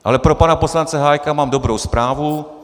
Ale pro pana poslance Hájka mám dobrou zprávu.